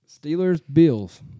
Steelers-Bills